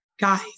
guys